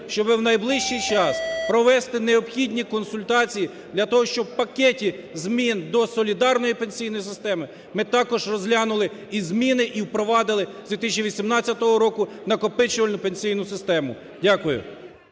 щоб у найближчий час провести необхідні консультації для того, щоб у пакеті змін до солідарної пенсійної системи ми також розглянули зміни і впровадили з 2018 року накопичувальну пенсійну систему. Дякую.